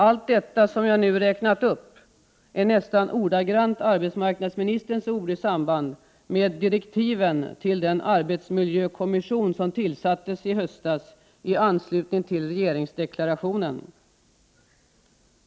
Allt detta, som jag nu räknat upp, är nästan ordagrant arbetsmarknadsministerns ord i samband med direktiven till den arbetsmiljökommission som tillsattes i höstas i anslutning till regeringsdeklarationen.